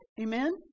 Amen